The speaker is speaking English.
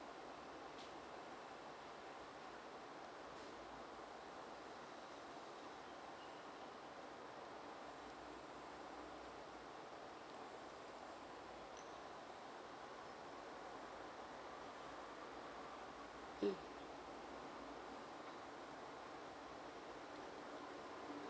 mm